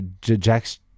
Jack's